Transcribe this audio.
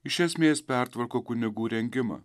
iš esmės pertvarko kunigų rengimą